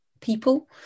people